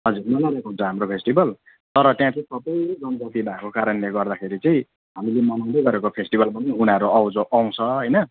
हजुर मनाइरहेको हुन्छ हाम्रो फेस्टिवल तर त्यहाँ चाहिँ सबै कम्युनिटी भएको कारणले गर्दाखेरि चाहिँ हामीले मनाउँदै गरेको फेस्टिवल पनि उनीहरू आउजाउ आउँछ होइन